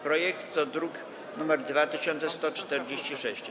Projekt to druk nr 2146.